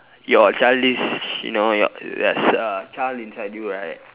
your childish you know your yes uh child inside you right